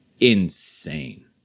insane